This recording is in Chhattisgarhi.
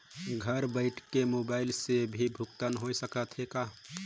घर बइठे मोबाईल से भी भुगतान होय सकथे का?